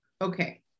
Okay